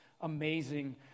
amazing